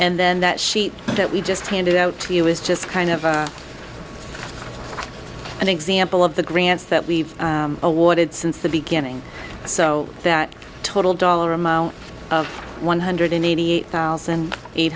and then that sheet that we just handed out to you is just kind of an example of the grants that we've awarded since the beginning so that total dollar amount of one hundred eighty eight thousand eight